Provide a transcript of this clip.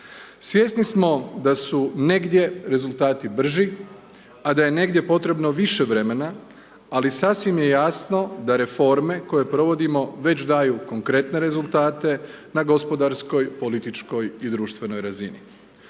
Svjesni smo da su negdje rezultati brži a da je negdje potrebno više vremena ali sasvim je jasno da reforme koje provodimo već daju konkretne rezultate na gospodarskoj, političkoj i društvenoj razini.